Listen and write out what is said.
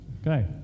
okay